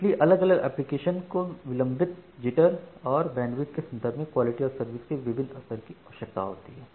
इसलिए अलग अलग एप्लिकेशन को विलंबित जिटर और बैंडविड्थ के संदर्भ में क्वालिटी ऑफ़ सर्विस के विभिन्न स्तर की आवश्यकता होती है